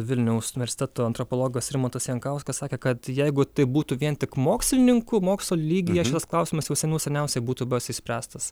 vilniaus universiteto antropologas rimantas jankauskas sakė kad jeigu tai būtų vien tik mokslininkų mokslo lygyje šitas klausimas jau senų seniausiai būtų buvęs išspręstas